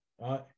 right